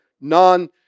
non